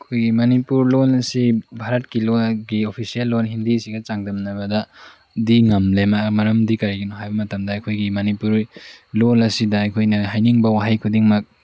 ꯑꯩꯈꯣꯏꯒꯤ ꯃꯅꯤꯄꯨꯔ ꯂꯣꯜ ꯑꯁꯤ ꯚꯥꯔꯠꯀꯤ ꯂꯣꯜꯒꯤ ꯑꯣꯐꯤꯁꯦꯜ ꯂꯣꯟ ꯍꯤꯟꯗꯤꯁꯤꯡꯒ ꯆꯥꯡꯗꯝꯅꯕꯗ ꯗꯤ ꯉꯝꯂꯦ ꯃꯔꯝꯗꯤ ꯀꯔꯤꯒꯤꯅꯣ ꯍꯥꯏꯕ ꯃꯇꯝꯗ ꯑꯩꯈꯣꯏꯒꯤ ꯃꯅꯤꯄꯨꯔ ꯂꯣꯜ ꯑꯁꯤꯗ ꯑꯩꯈꯣꯏꯅ ꯍꯥꯏꯅꯤꯡꯕ ꯋꯥꯍꯩ ꯈꯨꯗꯤꯡꯃꯛ